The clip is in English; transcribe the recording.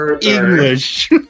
English